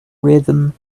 rhythm